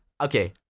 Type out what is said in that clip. okay